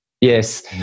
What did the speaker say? Yes